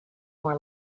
more